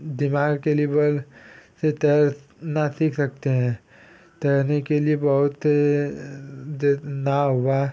दिमाग के लिए से तैरना सीख सकते हैं तैरने के लिए बहुत